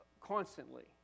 constantly